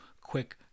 quick